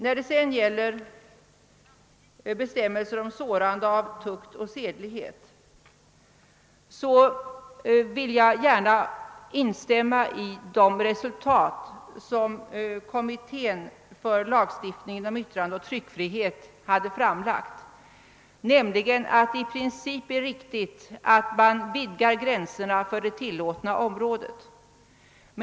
När det sedan gäller bestämmelserna om sårande av tukt och sedlighet vill jag gärna instämma i det resultat som kommittén för lagstiftning om yttrandeoch tryckfrihet kom fram till, nämligen att det i prinicp är riktigt att vidga gränserna för det tillåtna området.